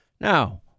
Now